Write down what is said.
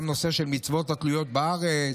גם נושא של מצוות התלויות בארץ,